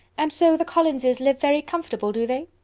and so the collinses live very comfortable, do they?